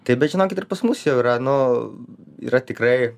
taip bet žinokit ir pas mus jau yra nu yra tikrai